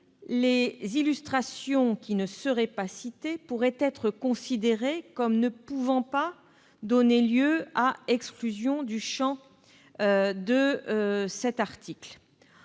les illustrations qui ne sont pas citées pouvant être considérées comme ne pouvant donner lieu à exclusion du champ de l'article.